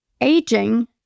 aging